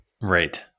Right